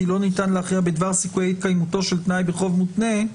לא ניתן להכריע בדבר סיכויי התקיימותו של תנאי בחוב מותנה,